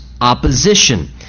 opposition